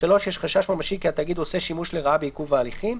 (3)יש חשש ממשי כי התאגיד עושה שימוש לרעה בעיכוב ההליכים.